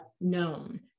known